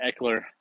Eckler